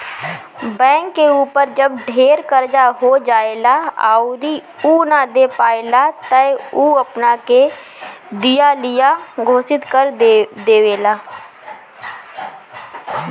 bank के ऊपर जब ढेर कर्जा हो जाएला अउरी उ ना दे पाएला त उ अपना के दिवालिया घोषित कर देवेला